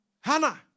Hannah